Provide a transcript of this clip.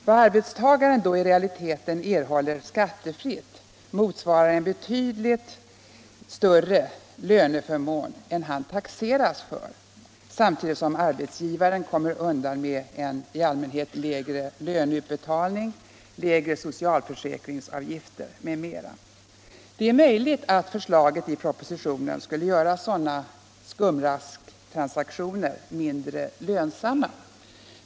Vad arbetstagaren då i realiteten erhållit skattefritt motsvarar en betydligt större löneförmån än han taxeras för, samtidigt som arbetsgivaren kommer undan med lägre löneutbetalning, lägre socialförsäkringsavgifter m.m. Det är möjligt att förslaget i propositionen skulle göra sådana skumrasktransaktioner mindre lönsamma.